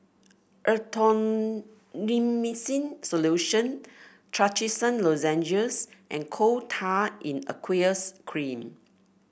Erythroymycin Solution Trachisan Lozenges and Coal Tar in Aqueous Cream